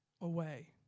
away